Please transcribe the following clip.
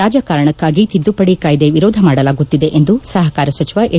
ರಾಜಕಾರಣಕ್ಕಾಗಿ ತಿದ್ದುಪಡಿ ಕಾಯ್ದೆ ವಿರೋಧ ಮಾಡಲಾಗುತ್ತಿದೆ ಎಂದು ಸಹಕಾರ ಸಚಿವ ಎಸ್